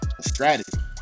strategy